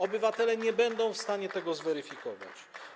Obywatele nie będą w stanie tego zweryfikować.